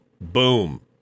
Boom